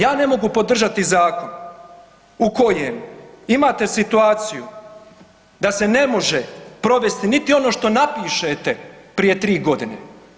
Ja ne mogu podržati zakon u kojem imate situaciju da se ne može provesti niti ono što napišete prije 3.g.